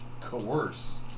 coerce